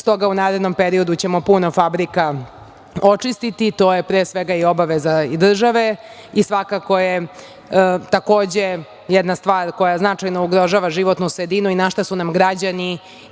u narednom periodu ćemo puno fabrika očistiti, to je pre svega i obaveza i države, i svakako je takođe jedna stvar koja značajno ugrožava životnu sredinu i na šta su nam građani